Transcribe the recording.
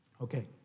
Okay